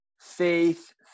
faith